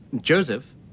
Joseph